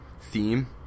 theme